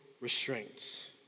restraints